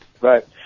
Right